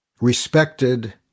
respected